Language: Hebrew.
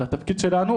זה התפקיד שלנו,